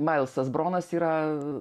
mailsas bronas yra